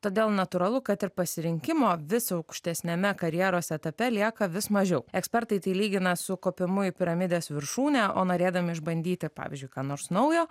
todėl natūralu kad ir pasirinkimo vis aukštesniame karjeros etape lieka vis mažiau ekspertai tai lygina su kopimu į piramidės viršūnę o norėdami išbandyti pavyzdžiui ką nors naujo